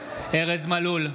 ארז מלול,